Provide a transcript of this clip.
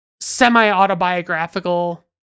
semi-autobiographical